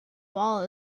ball